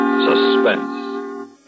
suspense